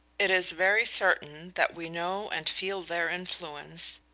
it is very certain that we know and feel their influence,